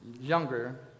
younger